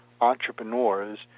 entrepreneurs